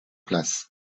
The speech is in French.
place